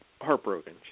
heartbroken